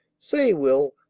say, will,